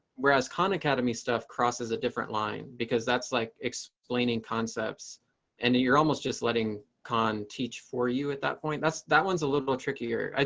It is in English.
whereas khan academy stuff crosses a different line because that's like explaining concepts and you're almost just letting khan teach for you at that point. that's that one's a little trickier.